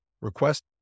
request